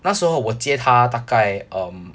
那时候我借他大概 um